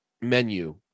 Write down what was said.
menu